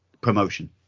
promotion